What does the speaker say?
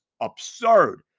absurd